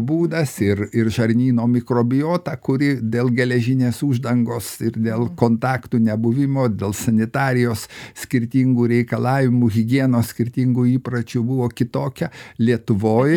būdas ir ir žarnyno mikrobijota kuri dėl geležinės uždangos ir dėl kontaktų nebuvimo dėl sanitarijos skirtingų reikalavimų higienos skirtingų įpročių buvo kitokia lietuvoj